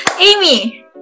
Amy